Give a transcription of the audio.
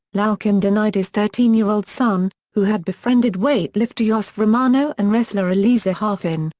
lalkin denied his thirteen year old son, who had befriended weightlifter yossef romano and wrestler eliezer halfin,